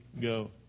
go